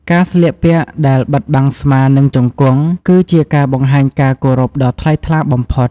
ការស្លៀកពាក់ដែល បិទបាំងស្មា និងជង្គង់ គឺជាការបង្ហាញការគោរពដ៏ថ្លៃថ្លាបំផុត។